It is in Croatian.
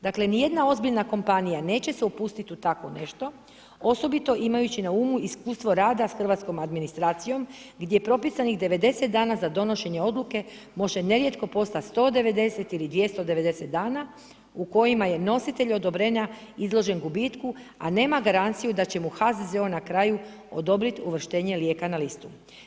Dakle ni jedna ozbiljna kompanija neće se upustiti u takvo nešto osobito imajući na umu iskustvo rada s hrvatskom administracijom gdje propisanih 90 dana za donošenje odluke možda nerijetko postati 190 ili 290 dana u kojima je nositelj odobrenja izložen gubitku a nema garanciju da će mu HZZO na kraju odobriti uvrštenje lijeka na listu.